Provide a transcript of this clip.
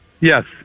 Yes